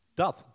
dat